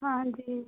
ਹਾਂਜੀ